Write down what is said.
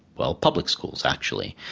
well, public schools actually.